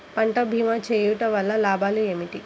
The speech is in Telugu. పంట భీమా చేయుటవల్ల లాభాలు ఏమిటి?